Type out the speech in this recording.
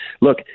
Look